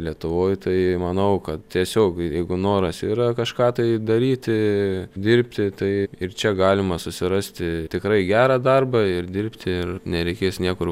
lietuvoj tai manau kad tiesiog jeigu noras yra kažką tai daryti dirbti tai ir čia galima susirasti tikrai gerą darbą ir dirbti ir nereikės niekur